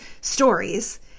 stories